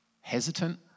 hesitant